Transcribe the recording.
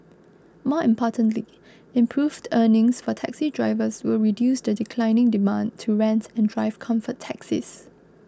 more importantly improved earnings for taxi drivers will reduce the declining demand to rent and drive Comfort taxis